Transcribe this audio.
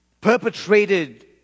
perpetrated